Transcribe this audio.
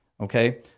okay